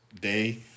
day